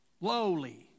lowly